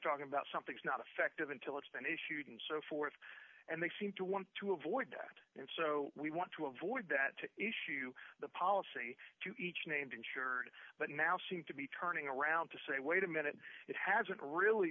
talking about something's not effective until it's been issued and so forth and they seem to want to avoid that and so we want to avoid that to issue the policy to each named insured but now seem to be turning around to say wait a minute it hasn't really